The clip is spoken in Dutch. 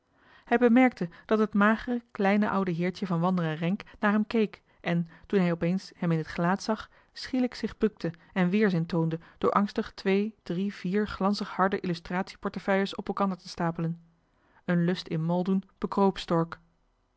hij bemerkte dat het magere kleine oude heertje van wanderen renck naar hem keek en toen hij op eens hem in het gelaat zag schielijk zich bukte enweerzin toonde door angstig twee drie vier glanzigharde illustratie portefeuilles op elkander te stapelen een lust in maldoen bekroop stork